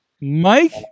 Mike